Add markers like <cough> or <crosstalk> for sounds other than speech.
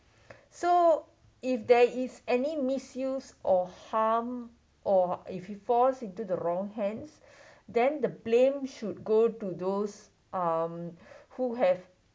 <breath> so if there is any misuse or harm or if it falls into the wrong hands <breath> then the blame should go to those um who have <breath>